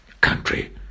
country